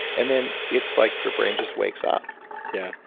and then it's like your brain just wakes up yeah,